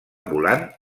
volant